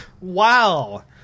Wow